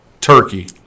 turkey